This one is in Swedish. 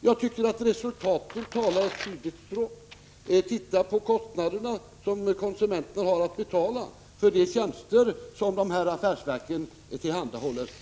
Jag tycker att resultaten talar ett tydligt språk. Titta på kostnaderna som konsumenterna har att betala för de tjänster som affärsverken tillhandahåller.